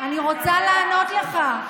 מי מקבל החסות?